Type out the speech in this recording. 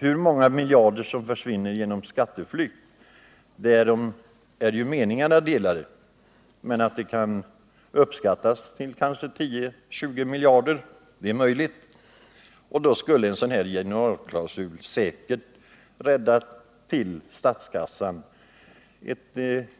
Om hur många miljarder som försvinner genom skatteflykt är ju meningarna delade, men det är möjligt att beloppet kan uppskattas till 10 å 20 miljarder. En sådan här generalklausul skulle förmodligen kunna rädda ett